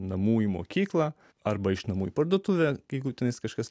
namų į mokyklą arba iš namų į parduotuvę jeigu tu vis kažkas